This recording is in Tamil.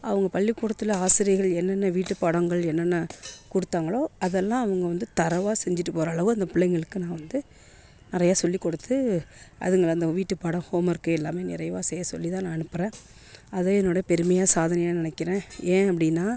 அவங்கள் பள்ளிக்கூடத்தில் ஆசிரியர்கள் என்னென்ன வீட்டுபாடங்கள் என்னென்ன கொடுத்தாங்களோ அதெல்லாம் அவங்கள் வந்து தரோவாக செஞ்சுட்டு போகிறளவு அந்த பிள்ளைங்களுக்கு நான் வந்து நிறையா சொல்லிகுடுத்து அதுங்களை அந்த வீட்டுப்பாடம் ஹோம்ஒர்க்கு அதெல்லாம் நிறைவாக செய்ய சொல்லிதான் நான் அனுப்புறேன் அதே என்னுடைய பெருமையாக சாதனையாக நினைக்கிறன் ஏன் அப்படினா